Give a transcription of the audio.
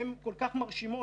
הן כל כך מרשימות,